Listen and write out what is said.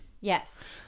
Yes